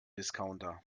discounter